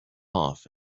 off